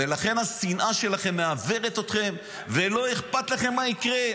ולכן השנאה שלכם מעוורת אתכם ולא אכפת לכם מה יקרה.